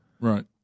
Right